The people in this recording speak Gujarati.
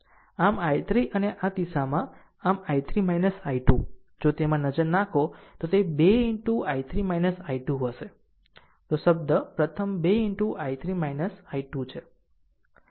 આમ I3 અને આ દિશામાં આમ I3 I2 આમ જો તેમાં નજર નાખો તો તે 2 into I3 I2 હશે આ શબ્દ પ્રથમ 2 into I3 I2 છે